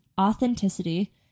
authenticity